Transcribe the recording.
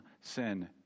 sin